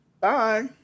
bye